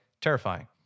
terrifying